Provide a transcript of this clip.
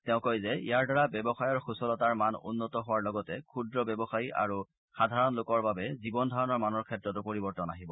তেওঁ কয় যে ইয়াৰ দ্বাৰা ব্যৱসায়ৰ সূচলতাৰ মান উন্নত হোৱাৰ লগতে ক্ষুদ্ৰ ব্যৱসায়ী আৰু সাধাৰণ লোকৰ বাবে জীৱন ধাৰণৰ মানৰ ক্ষেত্ৰতো পৰিৱৰ্তন আহিব